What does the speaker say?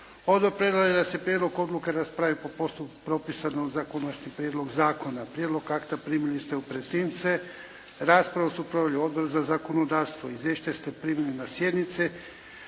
Odbor predlaže da se prijedlog odluke raspravi po postupku propisanom za Konačni prijedlog zakona. Prijedlog akta primili ste u pretince. Raspravu su proveli Odbor za zakonodavstvo. Izvješća ste primili na sjednici.